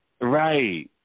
Right